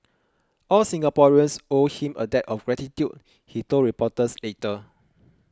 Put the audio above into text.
all Singaporeans owe him a debt of gratitude he told reporters later